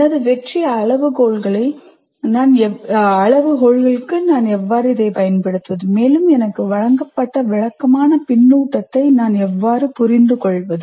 எனது வெற்றி அளவுகோல்களை நான் எவ்வாறு பயன்படுத்துவது மேலும் எனக்கு வழங்கப்பட்ட விளக்கமான பின்னூட்டத்தை நான் எவ்வாறு புரிந்துகொள்வது